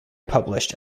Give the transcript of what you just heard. published